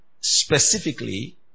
specifically